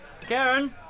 Karen